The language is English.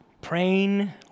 praying